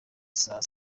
isaa